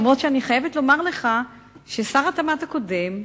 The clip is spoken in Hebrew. אף-על-פי שאני חייבת לומר לך ששר התמ"ת הקודם,